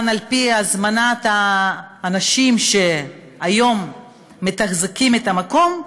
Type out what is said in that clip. על-פי הזמנת האנשים שהיום מתחזקים את המקום,